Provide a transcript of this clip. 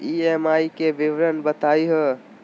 EMI के विवरण बताही हो?